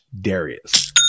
Darius